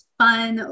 fun